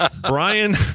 Brian